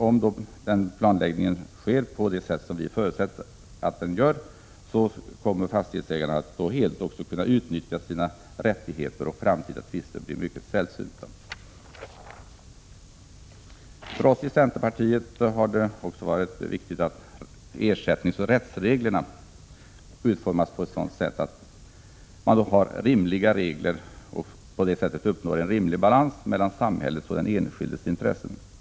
Om planläggningen sker på det sätt som vi förutsätter, kommer fastighetsägarna att helt kunna utnyttja sina rättigheter, och framtida tvister blir mycket sällsynta. För oss i centerpartiet har det också varit viktigt att ersättningsoch rättsreglerna utformats på ett sådant sätt att en rimlig balans uppnås mellan samhällets och den enskildes intressen.